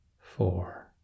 four